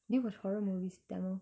do you watch horror movies in tamil